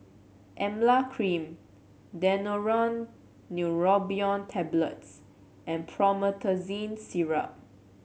Emla Cream Daneuron Neurobion Tablets and Promethazine Syrup